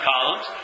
columns